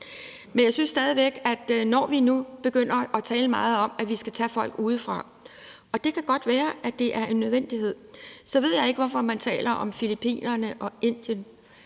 Men jeg forstår stadig væk ikke, når vi nu begynder at tale meget om, at vi skal tage folk udefra, og det kan godt være, det er en nødvendighed, hvorfor man taler om Filippinerne og Indien.